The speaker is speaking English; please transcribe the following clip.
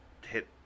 hit